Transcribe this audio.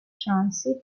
transit